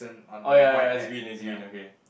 orh ya ya ya is green is green okay